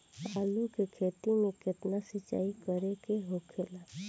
आलू के खेती में केतना सिंचाई करे के होखेला?